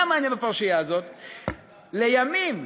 לימים,